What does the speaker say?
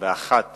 ואחת